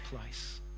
place